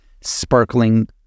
sparkling